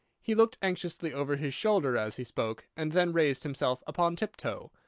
he looked anxiously over his shoulder as he spoke, and then raised himself upon tiptoe,